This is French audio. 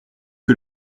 que